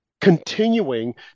continuing